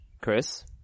Chris